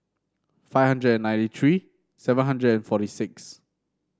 five hundred and ninety three seven hundred and forty six